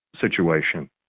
situation